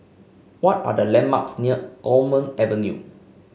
what are the landmarks near Almond Avenue